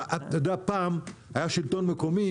פעם היה שלטון מקומי